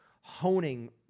honing